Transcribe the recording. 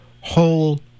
whole